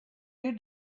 you